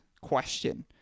question